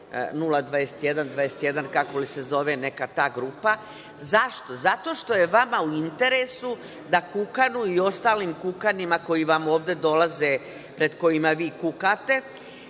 021 ili kako se već zove neka ta grupa.Zašto? Zato što je vama u interesu da kukanu i ostalim kukanima koji vam ovde dolaze pred kojima vi kukate